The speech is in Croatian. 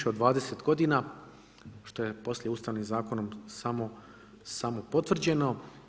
od 20 g. što je poslije Ustavnim zakonom samo potvrđeno.